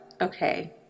okay